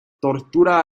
tortura